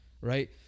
right